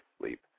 sleep